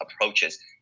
approaches